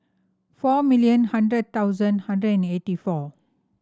four million hundred thousand hundred and eighty four